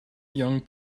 young